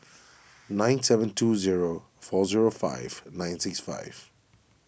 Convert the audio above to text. nine seven two zero four zero five nine six five